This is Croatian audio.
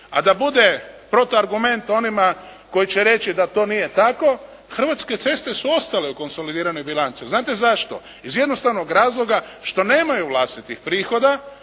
A da bude protuargument onima koji će reći da to nije tako, Hrvatske ceste su ostale u konsolidiranoj bilanci. Znate zašto? Iz jednostavnog razloga što nemaju vlastitih prihoda